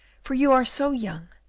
for you are so young,